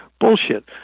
Bullshit